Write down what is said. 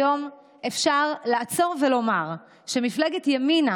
היום אפשר לעצור ולומר שמפלגת ימינה,